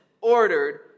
ordered